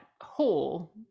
hole